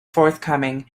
forthcoming